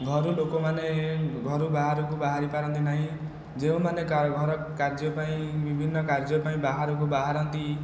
ଘରୁ ଲୋକମାନେ ଘରୁ ବାହାରକୁ ବାହାରି ପାରନ୍ତି ନାହିଁ ଯେଉଁମାନେ ଘର କାର୍ଯ୍ୟ ପାଇଁ ବିଭିନ୍ନ କାର୍ଯ୍ୟ ପାଇଁ ବାହାରକୁ ବାହାରନ୍ତି